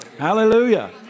Hallelujah